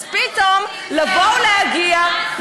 אז פתאום לבוא ולהגיע,